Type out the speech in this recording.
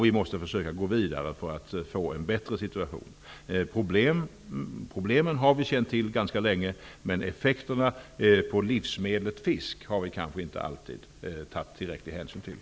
Vi måste gå vidare för att få en bättre situation. Problemen har vi känt till ganska länge, men effekterna på livsmedlet fisk har vi kanske inte alltid tagit tillräcklig hänsyn till.